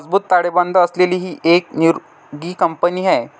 मजबूत ताळेबंद असलेली ही एक निरोगी कंपनी आहे